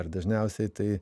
ir dažniausiai tai